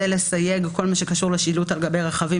לסייג כל מה שקשור לשילוט על גבי רכבים